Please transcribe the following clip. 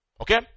Okay